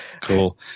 Cool